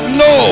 no